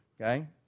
Okay